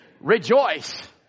Rejoice